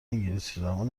انگلیسیزبان